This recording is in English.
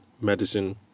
Medicine